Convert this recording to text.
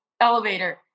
elevator